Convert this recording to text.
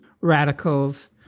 radicals